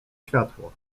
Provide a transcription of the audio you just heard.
światło